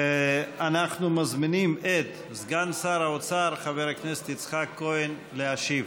אנחנו מזמינים את סגן שר האוצר חבר הכנסת יצחק כהן להשיב